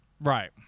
Right